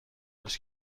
روز